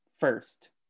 first